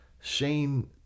Shane